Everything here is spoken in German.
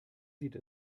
sieht